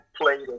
played